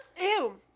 Ew